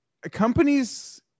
companies